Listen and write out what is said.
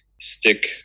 stick